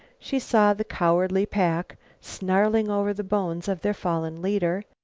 she saw the cowardly pack snarling over the bones of their fallen leader,